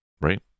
right